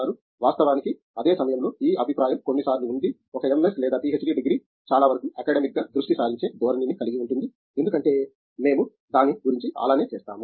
వాస్తవానికి అదే సమయంలో ఈ అభిప్రాయం కొన్ని సార్లు ఉంది ఒక ఎంఎస్ డిగ్రీ లేదా పిహెచ్డి డిగ్రీ చాలా వరకు అకాడెమిక్గా దృష్టి సారించే ధోరణిని కలిగి ఉంటుంది ఎందుకంటే మేము దాని గురించి అలానే చేస్తాము